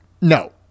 no